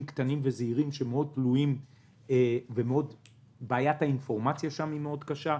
קטנים וזעירים שהם מאוד תלויים ובעיית האינפורמציה שם מאוד קשה.